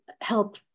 help